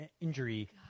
injury